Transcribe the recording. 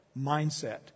mindset